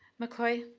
mccoy?